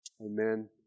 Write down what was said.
Amen